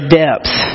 depth